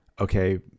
okay